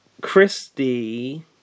Christy